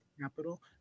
capital